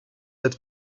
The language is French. cette